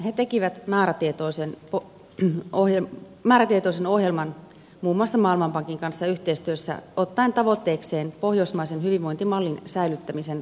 he tekivät määrätietoisen ohjelman muun maussa maailmanpankin kanssa yhteistyössä ottaen tavoitteekseen pohjoismaisen hyvinvointimallin säilyttämisen valtiossaan